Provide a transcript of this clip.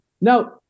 Now